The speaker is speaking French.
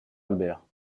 albert